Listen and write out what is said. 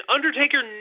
Undertaker